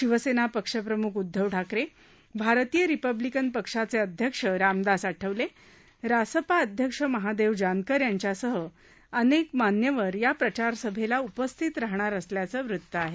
शिवसेना पक्षप्रमुख उद्दव ठाकरे भारतीय रिपब्लीकन पक्षाचे अध्यक्ष रामदास आठवले रासपा अध्यक्ष महादेव जानकर यांच्यासह अनेक मान्यवर या प्रचार सभेला उपस्थित राहणार असल्याचं वृत्त आहे